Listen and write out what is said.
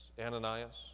Ananias